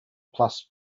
plus